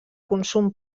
consum